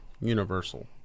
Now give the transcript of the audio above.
Universal